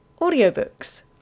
audiobooks